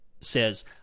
says